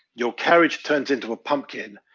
your carriage turns into a pumpkin.